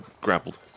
grappled